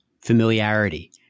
familiarity